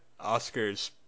Oscars